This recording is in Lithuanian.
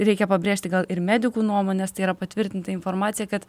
reikia pabrėžti gal ir medikų nuomonės tai yra patvirtinta informacija kad